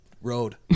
Road